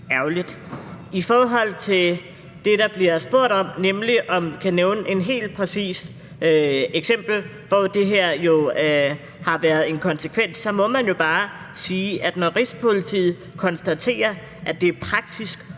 ærgerligt. I forhold til det, der bliver spurgt om, nemlig om jeg kan nævne et helt præcist eksempel, hvor det har haft en konsekvens, må man jo bare sige, at når Rigspolitiet konstaterer, at det i praksis